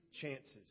chances